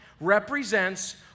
represents